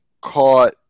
caught –